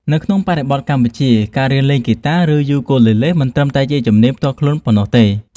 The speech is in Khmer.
នៅក្នុងបរិបទកម្ពុជា ការរៀនលេងហ្គីតា ឬ យូគូលេលេ មិនត្រឹមតែជាជំនាញផ្ទាល់ខ្លួនប៉ុណ្ណោះទេ